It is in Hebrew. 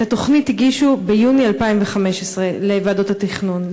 את התוכנית הגישו ביוני 2015 לוועדות התכנון,